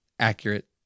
accurate